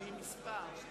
תקציבי מספר".